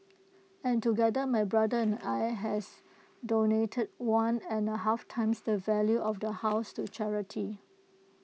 and together my brother and I has donated one and A half times the value of the house to charity